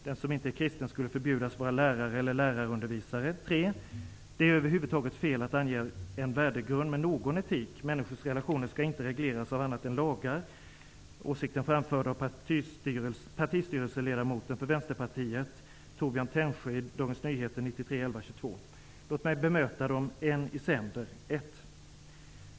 Den som inte är kristen skulle förbjudas vara lärare eller lärarundervisare. 3. Det är över huvud taget fel att ange en värdegrund med någon etik. Människors relationer skall inte regleras av annat än lagar. Detta är åsikter framförda av Vänsterpartiets partistyrelseledamoten Torbjörn Tännsjö i Dagens Låt mig bemöta invändningarna en i sänder. Jag börjar med invändning nr 1.